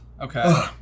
Okay